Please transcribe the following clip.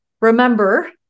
remember